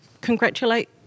congratulate